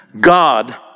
God